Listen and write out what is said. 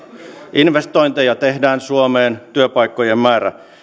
investointeja tehdään suomeen työpaikkojen määrä